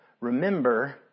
remember